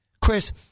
Chris